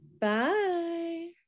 Bye